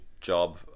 job